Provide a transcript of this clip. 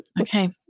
Okay